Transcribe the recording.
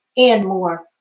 and more.